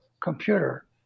computer